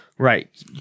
Right